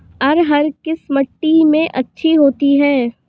अरहर किस मिट्टी में अच्छी होती है?